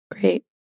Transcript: Great